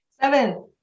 Seven